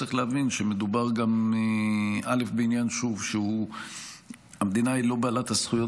צריך להבין שמדובר גם בעניין שבו המדינה היא לא בעלת הזכויות